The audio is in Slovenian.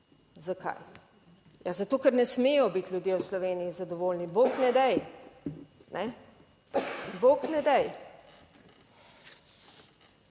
Zakaj? Ja, zato, ker ne smejo biti ljudje v Sloveniji zadovoljni. Bog ne daj, ne. Bog ne daj.